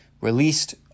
released